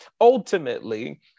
ultimately